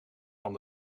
van